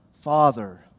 Father